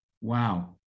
Wow